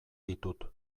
ditut